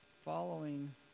following